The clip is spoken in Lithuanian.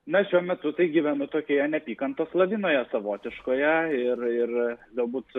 na šiuo metu tai gyvenu tokioje neapykantos lavinoje savotiškoje ir ir galbūt